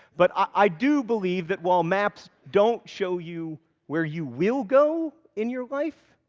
but i do believe that while maps don't show you where you will go in your life,